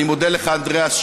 אני מודה לך, אנדריאס,